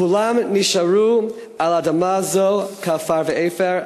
כולם נשארו על האדמה הזאת כעפר ואפר,